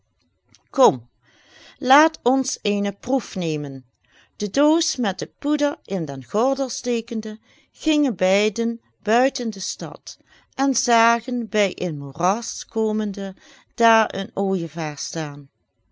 kom laat ons eene proef nemen de doos met het poeder in den gordel stekende gingen beiden buiten de stad en zagen bij een moeras komende daar een ooijevaar staan